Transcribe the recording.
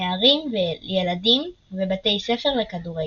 נערים וילדים ובתי ספר לכדורגל.